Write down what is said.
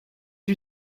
you